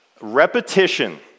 Repetition